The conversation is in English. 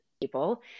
people